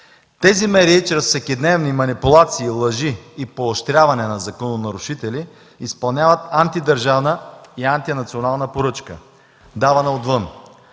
Тези медии чрез всекидневни манипулации, лъжи и поощряване на закононарушители изпълняват антидържавна и антинационална поръчка, давана отвън.